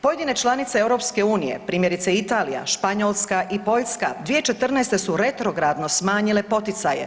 Pojedine članice EU primjerice Italija, Španjolska i Poljska 2014. su retrogradno smanjile poticaje.